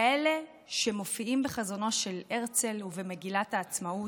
כאלה שמופיעים בחזונו של הרצל ובמגילת העצמאות,